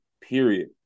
period